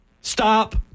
Stop